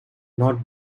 not